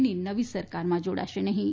ની નવી સરકારમાં જાડાશે નફીં